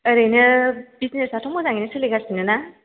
ओरैनो बिजनेसआथ' मोजाङैनो सोलिगासिनो ना